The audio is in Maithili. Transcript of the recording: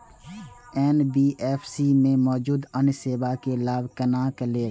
एन.बी.एफ.सी में मौजूद अन्य सेवा के लाभ केना लैब?